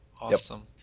awesome